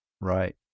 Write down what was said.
right